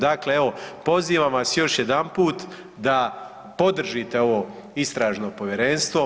Dakle evo pozivam vas još jedanput da podržite ovo istražno povjerenstvo.